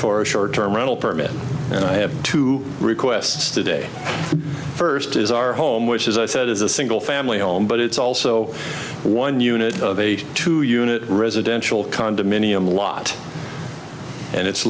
for a short term rental permit and i have two requests today first is our home which as i said is a single family home but it's also one unit to unit residential condominium lot and it's